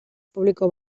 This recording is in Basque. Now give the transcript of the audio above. publiko